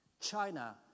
China